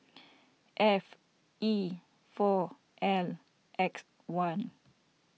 F E four L X one